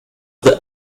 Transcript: the